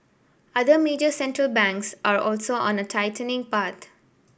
other major Central Banks are also on a tightening but